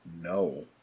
No